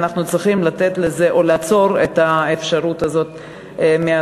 אנחנו צריכים לעצור את האפשרות הזאת לרשות.